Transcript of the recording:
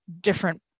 different